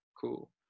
cool